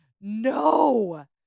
No